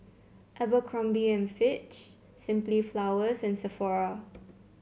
Abercrombie and Fitch Simply Flowers and Sephora